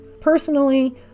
personally